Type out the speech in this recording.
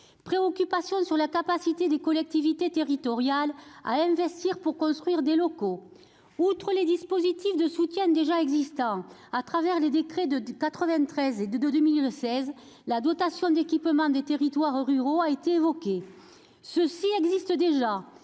préoccupation sur la capacité des collectivités territoriales à investir pour construire des locaux. Outre les dispositifs de soutien existants au travers des décrets de 1993 et de 2016, la dotation d'équipement des territoires ruraux (DETR) a été évoquée. Madame la